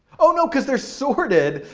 oh, no, because they're sorted.